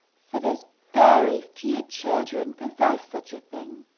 for there's very few children possess such a thing